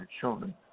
children